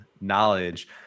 knowledge